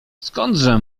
skądże